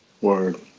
Word